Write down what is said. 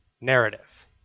narrative